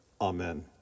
Amen